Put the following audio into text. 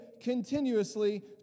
continuously